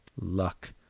Luck